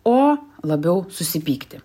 o labiau susipykti